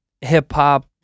hip-hop